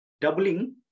doubling